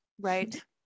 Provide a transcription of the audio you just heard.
right